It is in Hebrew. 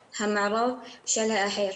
המערב, של האחר.